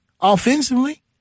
offensively